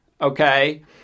Okay